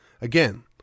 again